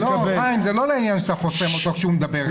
חיים, זה לא לעניין שאתה חוסם אותו כשהוא מדבר.